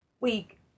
week